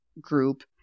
group